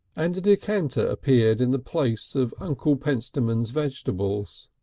and a decanter appeared in the place of uncle pentstemon's vegetables.